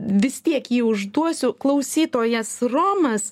vis tiek jį užduosiu klausytojas romas